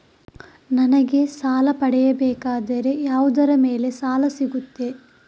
ನನಗೆ ಸಾಲ ಪಡೆಯಬೇಕಾದರೆ ಯಾವುದರ ಮೇಲೆ ಸಾಲ ಸಿಗುತ್ತೆ?